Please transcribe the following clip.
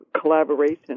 collaboration